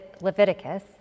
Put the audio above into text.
Leviticus